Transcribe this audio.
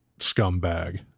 scumbag